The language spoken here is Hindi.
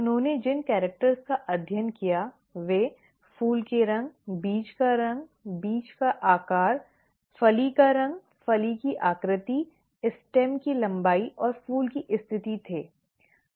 उन्होंने जिन कैरिक्टर का अध्ययन किया वे फूल के रंग बीज का रंग बीज का आकार फली का रंग फली की आकृति तने की लंबाई और फूल की स्थिति थे